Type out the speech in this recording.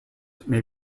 may